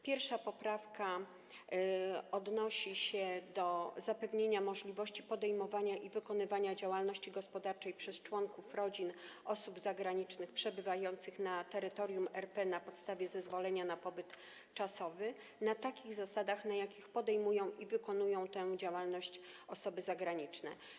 Pierwsza poprawka odnosi się do zapewnienia możliwości podejmowania i wykonywania działalności gospodarczej przez członków rodzin osób zagranicznych przebywających na terytorium RP na podstawie zezwolenia na pobyt czasowy na takich zasadach, na jakich podejmują i wykonują tę działalność osoby zagraniczne.